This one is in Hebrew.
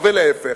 ולהיפך,